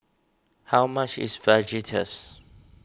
how much is Fajitas